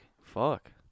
fuck